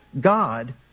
God